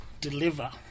deliver